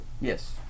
Yes